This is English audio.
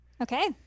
Okay